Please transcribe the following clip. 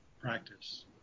practice